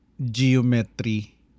Geometry